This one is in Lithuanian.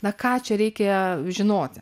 na ką čia reikia žinoti